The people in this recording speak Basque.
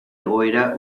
egoera